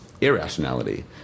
irrationality